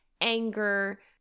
anger